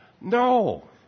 No